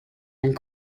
and